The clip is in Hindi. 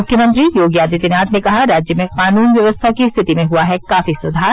मुख्यमंत्री योगी आदित्यनाथ ने कहा राज्य में कानून व्यवस्था की स्थिति में हुआ है काफी सुधार